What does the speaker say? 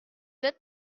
êtes